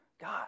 God